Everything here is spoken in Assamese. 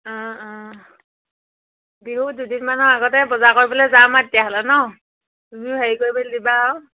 অঁ অঁ বিহু দুদিনমানৰ আগতে বজাৰ কৰিবলে তেতিয়াহ'লে ন তুমিও হেৰি দিবা আৰু